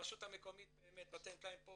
הרשות המקומית באמת נותנת להם פה